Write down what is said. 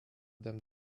dame